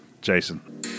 Jason